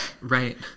Right